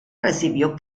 recibió